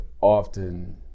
often